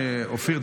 אופיר,